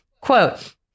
quote